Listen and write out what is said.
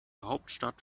hauptstadt